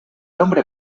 hombre